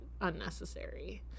unnecessary